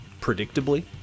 predictably